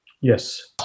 Yes